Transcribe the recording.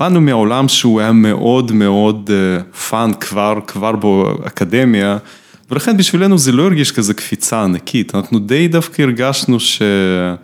ובאנו מהעולם שהוא היה מאוד מאוד פאן כבר, כבר באקדמיה ולכן בשבילנו זה לא הרגיש כזה קפיצה ענקית, אנחנו די דווקא הרגשנו ש...